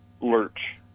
lurch